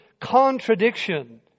contradiction